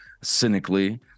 cynically